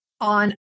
on